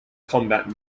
combat